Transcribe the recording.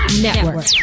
Network